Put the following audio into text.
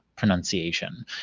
Pronunciation